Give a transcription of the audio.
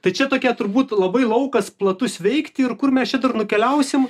tai čia tokia turbūt labai laukas platus veikti ir kur mes čia dar nukeliausim